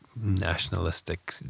nationalistic